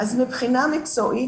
מבחינה מקצועית,